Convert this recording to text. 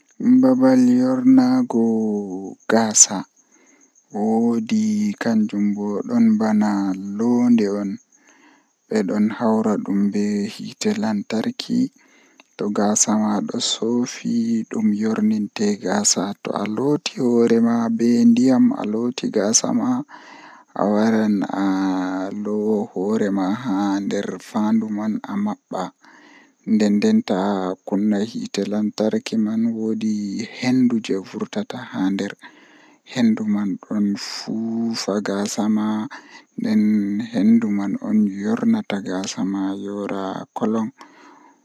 Mi buri yiduki nyamdu beldum on ngam dow nyamduuji jei burdaa yiduki ndikkina am nyamdu beldum.